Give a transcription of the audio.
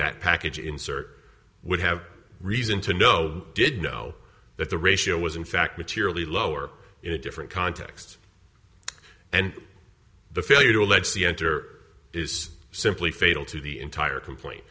that package insert would have reason to know did know that the ratio was in fact materially lower in a different context and the failure to let see enter is simply fatal to the entire complain